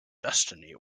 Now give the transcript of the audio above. destiny